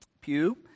pew